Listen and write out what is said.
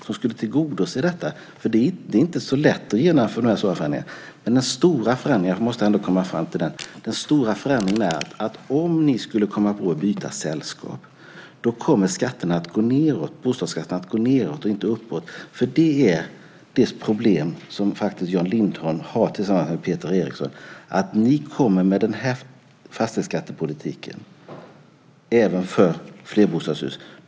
Den skulle tillgodose detta. Det är inte så lätt genomföra de här stora förändringarna. Den stora förändringen, jag måste ändå komma fram till den, är att om ni skulle komma på att byta sällskap kommer bostadsskatterna att gå nedåt och inte uppåt. Det problem som Jan Lindholm har tillsammans med Peter Eriksson är att ni kommer med fastighetsskattepolitiken även för flerbostadshus.